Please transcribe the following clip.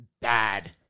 bad